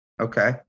okay